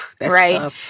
right